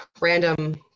random